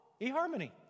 eHarmony